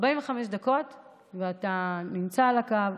במשך 45 דקות אתה נמצא על הקו,